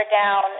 down